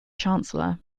chancellor